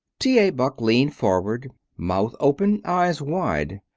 t. a. buck leaned forward, mouth open, eyes wide.